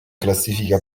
classifica